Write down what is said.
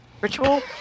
ritual